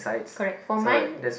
correct for mine